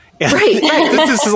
Right